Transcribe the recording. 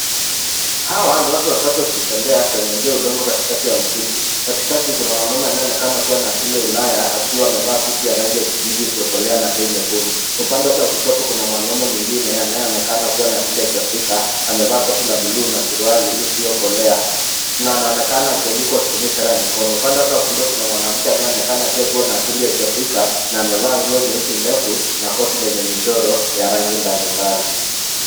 Hawa ni watu watatu wakitembea kwenye njia ya udongo katikati ya msitu. Katikati kuna mwanaume anayeonekana kuwa na asili ya ulaya akivaa suti ya rangi ya kijivu isiyokolea na tai nyekundu. Upande wake wa kushoto kuna mwanaume mwingine anayeonekana kuwa na asili ya kiafrika amevaa koti la buluu na suruali isiyokolea na anaonekana akiongea huku akitumia ishara ya mikono. Upande wake wa kulia kuna mwanamke anayeonekana pia kuwa na asili ya kiafrika, na amevaa nguo nyeusi ndefu, na koti lenye michoro ya rangi mbalimbali.